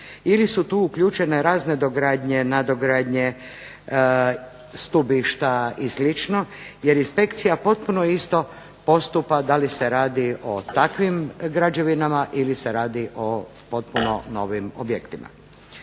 ili su tu uključene razne dogradnje, nadogradnje, stubišta i sl. jer inspekcija potpuno isto postupa da li se radi o takvim građevinama ili se radi o potpuno novim objektima.